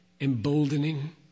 emboldening